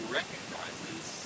recognizes